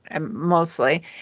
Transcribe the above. mostly